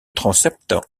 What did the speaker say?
transept